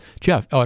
Jeff